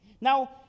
Now